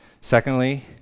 Secondly